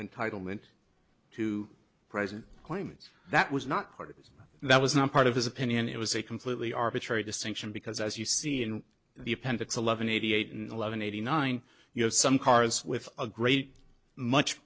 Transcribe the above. entitlement to present claimants that was not part of his that was not part of his opinion it was a completely arbitrary distinction because as you see in the appendix eleven eighty eight and eleven eighty nine you know some cars with a great much